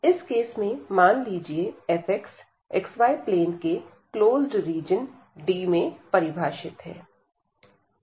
इस केस में मान लीजिए fx xy plane के क्लोज्ड रीजन D में परिभाषित है